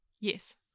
Yes